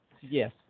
Yes